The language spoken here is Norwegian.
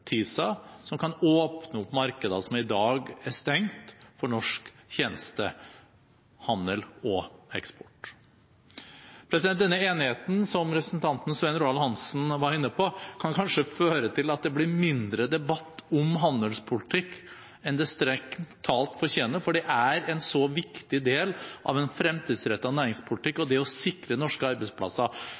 TISA, som kan åpne opp markeder som i dag er stengt, for norsk tjenestehandel og eksport. Denne enigheten, som representanten Svein Roald Hansen var inne på, kan kanskje føre til at det blir mindre debatt om handelspolitikk enn feltet strengt tatt fortjener, for det er en viktig del av en fremtidsrettet næringspolitikk og det å sikre norske arbeidsplasser.